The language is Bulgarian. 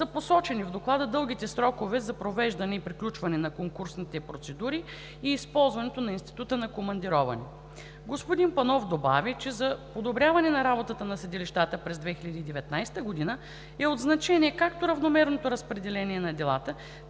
са посочени в Доклада дългите срокове за провеждане и приключване на конкурсните процедури и използването на института на командироване. Господин Панов добави, че за подобряване на работата на съдилищата през 2019 г. е от значение както равномерното разпределение на делата,